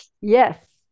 yes